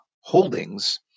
holdings